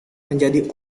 menjadi